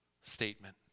statement